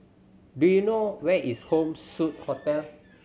do you know where is Home Suite Hotel